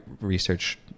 research